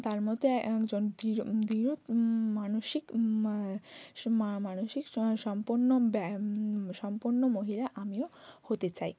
তার মতো একজন দৃঢ় দৃঢ় মানসিক মানসিক সম্পন্ন ব্যায়াম সম্পন্ন মহিলা আমিও হতে চাই